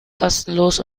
kostenlos